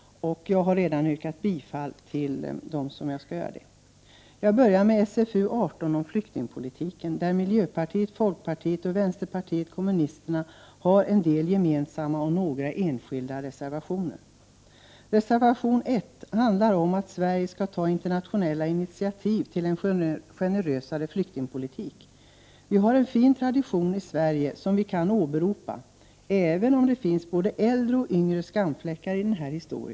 Jag har redan yrkat bifall till de reservationer som kommer i fråga. Jag börjar med SfU18 som handlar om flyktingpolitiken. Miljöpartiet, folkpartiet och vänsterpartiet kommunisterna har en del gemensamma reservationer här. Dessutom finns det några enskilda reservationer. Reservation 1 handlar om att Sverige skall ta internationella initiativ till en generösare flyktingpolitik. Vi har en fin tradition i Sverige som vi kan åberopa, även om det finns både äldre och yngre skamfläckar i denna vår historia.